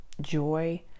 joy